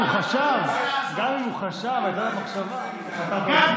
גם אם הוא חשב, הייתה לו מחשבה, פטרת אותו.